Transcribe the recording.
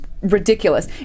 ridiculous